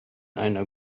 einer